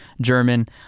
German